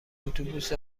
اتوبوس